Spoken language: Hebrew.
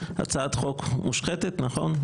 הצעת חוק מושחתת, נכון?